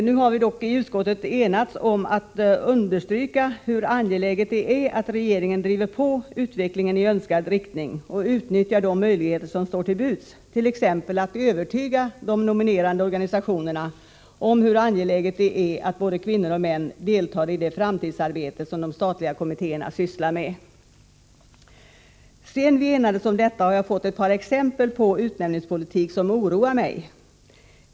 I utskottet har vi emellertid enats om att understryka hur angeläget det är att regeringen driver på utvecklingen i önskad riktning och utnyttjar de möjligheter som står till buds, t.ex. att övertyga de nominerande organisationerna om hur viktigt det är att både kvinnor och män deltar i det framtidsarbete som de statliga kommittéerna sysslar med. Sedan vi enades om detta har jag fått ett par exempel på utnämningspolitik som oroar mig.